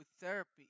therapy